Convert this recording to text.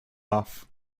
off